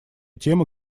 темы